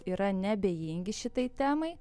yra neabejingi šitai temai